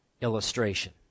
illustration